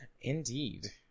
Indeed